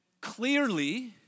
clearly